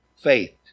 faith